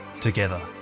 Together